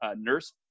nurse